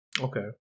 Okay